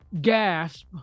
Gasp